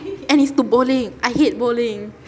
and it's to bowling I hate bowling